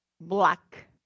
black